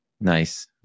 Nice